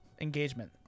engagement